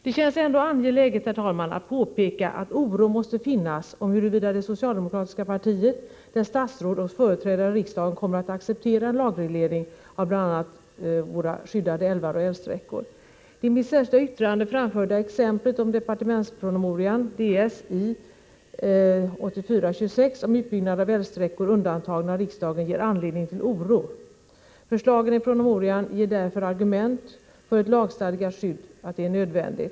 Det känns ändå angeläget att påpeka att oro måste finnas om huruvida det socialdemokratiska partiet, dess statsråd och företrädare i riksdagen kommer att acceptera en lagreglering bl.a. avseende våra skyddade älvar och älvsträckor. Det i mitt särskilda yttrande framförda exemplet om departementspromemorian om utbyggnad av älvsträckor undantagna av riksdagen ger anledning till oro. Förslagen i promemorian ger därför argument för att ett lagstadgat skydd är nödvändigt.